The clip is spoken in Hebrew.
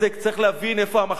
צריך להבין איפה המחלה.